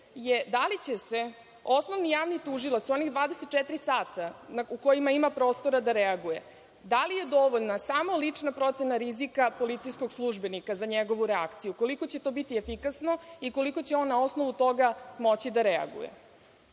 da li će se osnovni javni tužilac u onih 24 sata u kojima ima prostora da reaguje, da li je dovoljna samo lična procena rizika policijskog službenika za njegovu reakciju, koliko će to biti efikasno i koliko će on na osnovu toga moći da reaguje. Druga